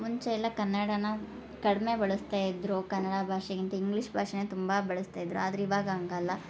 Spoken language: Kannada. ಮುಂಚೆ ಎಲ್ಲ ಕನ್ನಡನ ಕಡಿಮೆ ಬಳಸ್ತಾ ಇದ್ದರು ಕನ್ನಡ ಭಾಷೆಗಿಂತ ಇಂಗ್ಲೀಷ್ ಭಾಷೆನೇ ತುಂಬ ಬಳಸ್ತಾ ಇದ್ದರು ಆದರೆ ಇವಾಗ ಹಂಗಲ್ಲ